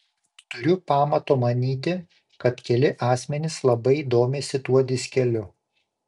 turiu pamato manyti kad keli asmenys labai domisi tuo diskeliu